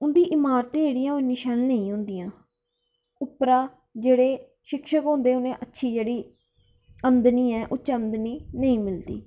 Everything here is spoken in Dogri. उंदी इमारतें जेह्ड़ियां ओह् इन्नी शैल नेईं होंदियां उप्परा जेह्ड़े शिक्षक होंदे न अच्छी जेह्ड़ी आमदनी ऐ ओह् नेईं होंदी